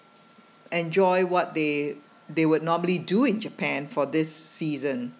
enjoy what they they would normally do in japan for this season